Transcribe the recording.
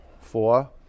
four